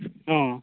ହଁ